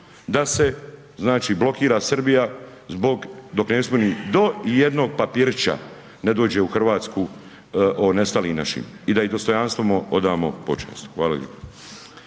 da se blokira Srbija zbog dok .../Govornik se ne razumije./... do jednog papirića ne dođe u Hrvatsku o nestalim našim i da im dostojanstveno odamo počast. Hvala lijepo.